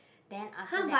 then after that